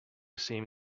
seem